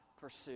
pursue